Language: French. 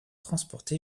transporté